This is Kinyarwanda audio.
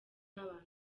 n’abantu